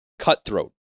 Cutthroat